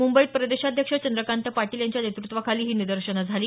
मुंबईत प्रदेशाध्यक्ष चंद्रकांत पाटील यांच्या नेतृत्वाखाली ही निदर्शन झाली